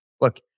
look